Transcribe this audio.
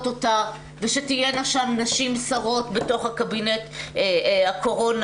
ושתהיינה שם נשים שרות בתוך קבינט הקורונה.